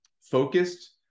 focused